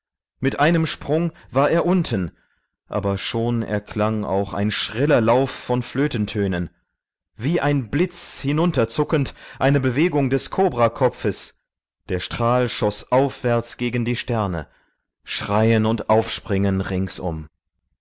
mit einem sprung war er unten aber schon erklang auch ein schriller lauf von flötentönen wie ein blitz hinunterzuckend eine bewegung des kobrakopfes der strahl schoß aufwärts gegen die sterne schreien und aufspringen ringsum